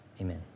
Amen